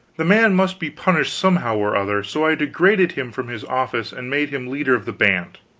the man must be punished somehow or other, so i degraded him from his office and made him leader of the band